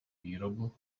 výrobu